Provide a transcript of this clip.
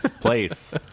place